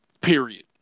Period